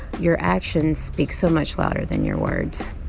your actions speak so much louder than your words.